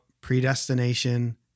predestination